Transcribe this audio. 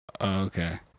okay